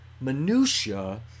minutiae